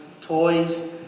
toys